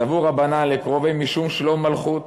סבור רבנן לקרווביה משום שלום מלכות,